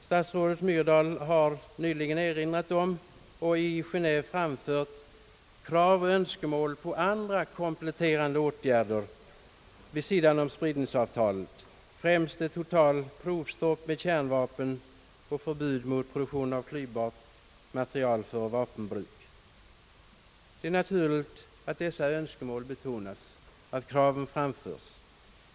Statsrådet Myrdal har nyligen erinrat härom och har i Geneve framfört krav och önskemål på andra kompletterande åtgärder vid sidan av spridningsavtalet, främst totalt stopp för prov med kärnvapen samt förbud mot produktion av klyvbart material för vapenbruk. Det är naturligt att dessa önskemål betonas och att kraven framförs.